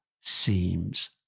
seems